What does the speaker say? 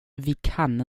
kan